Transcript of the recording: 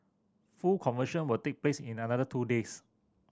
full conversion will take place in another two days